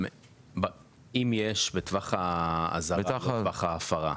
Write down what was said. אם יש בטווח האזהרה, לא טווח ההפרה,